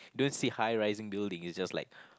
don't see high rising building it's just like